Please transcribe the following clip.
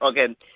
Okay